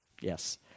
Yes